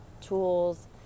tools